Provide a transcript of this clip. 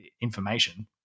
information